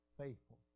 faithful